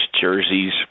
jerseys